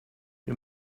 wir